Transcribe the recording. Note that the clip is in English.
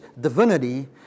divinity